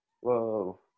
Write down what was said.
Whoa